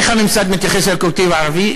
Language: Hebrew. איך הממסד מתייחס לקולקטיב הערבי?